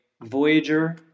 Voyager